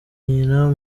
nyina